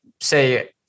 say